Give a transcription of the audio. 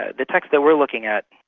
ah the texts that we're looking at,